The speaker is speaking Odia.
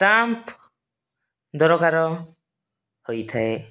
ଷ୍ଟାମ୍ପ ଦରକାର ହୋଇଥାଏ